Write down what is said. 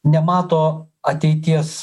nemato ateities